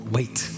Wait